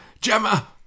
Gemma